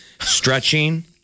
stretching